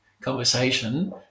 conversation